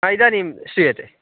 हा इदानीं श्रूयते